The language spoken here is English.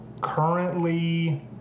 Currently